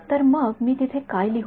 तर मग मी तिथे काय लिहू